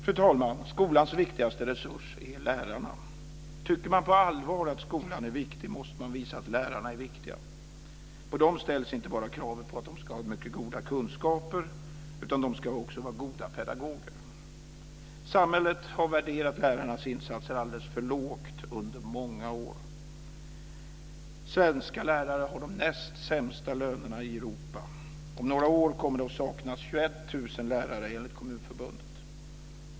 Fru talman! Skolans viktigaste resurs är lärarna. Tycker man på allvar att skolan är viktig måste man visa att lärarna är viktiga. På dem ställs inte bara kravet att de ska ha mycket goda kunskaper, utan också kravet att de ska vara goda pedagoger. Samhället har värderat lärarnas insatser alldeles för lågt under många år. Svenska lärare har de näst sämsta lönerna i Europa. Om några år kommer det att saknas 21 000 lärare, enligt Kommunförbundet.